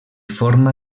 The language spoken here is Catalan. forma